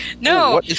No